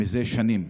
זה שנים.